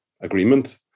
agreement